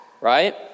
right